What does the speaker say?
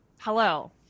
Hello